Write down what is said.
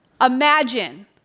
Imagine